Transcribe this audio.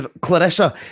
Clarissa